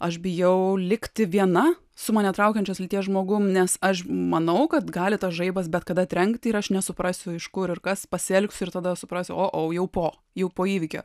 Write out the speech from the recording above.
aš bijau likti viena su mane traukiančios lyties žmogum nes aš manau kad gali tas žaibas bet kada trenkti ir aš nesuprasiu iš kur ir kas pasielgsiu ir tada suprasiu o jau po jau po įvykio